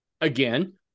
Again